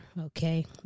Okay